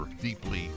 deeply